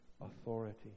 authority